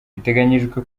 biteganyijwe